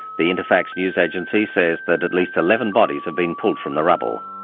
the interfax newsagency says that at least eleven bodies have been pulled from the rubble.